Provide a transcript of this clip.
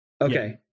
Okay